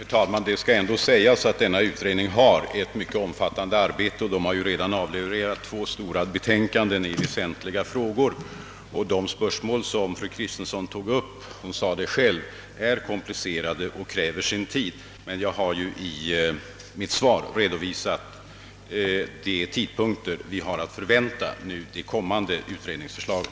Herr talman! Det bör ändå sägas att utredningen har att utföra ett mycket omfattande arbete och att den redan avlämnat två stora betänkanden i väsentliga frågor. De spörsmål som fru Kristensson tagit upp är, som hon själv framhöll, komplicerade och kräver därför sin tid, men jag har i mitt svar angivit de tidpunkter då vi kan förvänta utredningsförslagen.